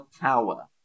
power